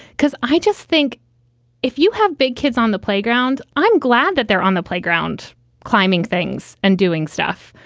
because i just think if you have big kids on the playground, i'm glad that they're on the playground climbing things and doing stuff,